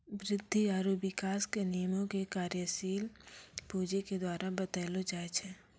वृद्धि आरु विकास के नियमो के कार्यशील पूंजी के द्वारा बतैलो जाय छै